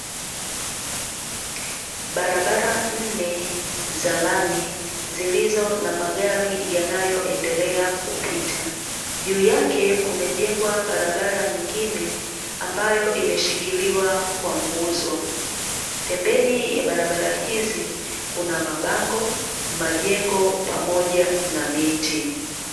Barabara nne za lami, zilizo na magari yanayoendelea kupita, juu yake kumejengwa barabara nyingine ambayo imeshikiliwa kwa nguzo. Pembeni ya barabara hizo kuna mabango majengo pamoja na miti.